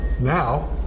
Now